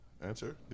Answer